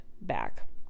back